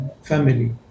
family